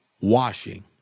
washing